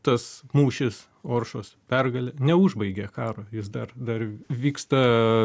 tas mūšis oršos pergalė neužbaigė karo jis dar dar vyksta